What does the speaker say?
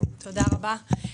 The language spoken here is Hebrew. תודה רבה.